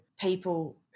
people